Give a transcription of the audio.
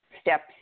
steps